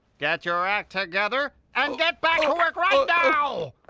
get your act together and get back to work right now!